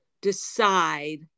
decide